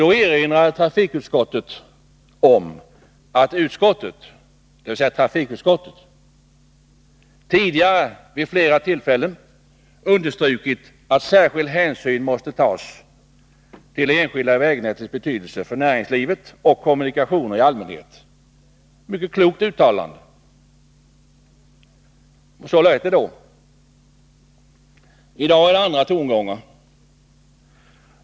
Då erinrade trafikutskottet om att utskottet tidigare vid flera tillfällen understrukit att särskild hänsyn måste tas till det enskilda vägnätets betydelse för näringslivet och kommunikationerna i allmänhet. Det var ett mycket klokt uttalande. Så lät det då. I dag är det andra tongångar.